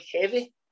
heavy